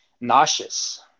nauseous